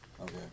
Okay